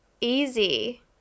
easy